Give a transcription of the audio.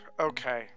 okay